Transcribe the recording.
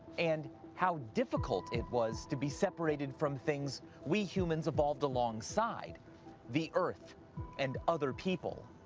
and how difficult it was to be separated from things we humans evolved alongside the earth and other people.